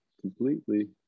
completely